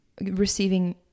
receiving